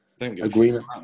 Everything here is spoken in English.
agreement